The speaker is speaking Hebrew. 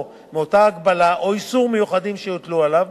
מאותה הגבלה או איסור מיוחדים שיוטלו עליו.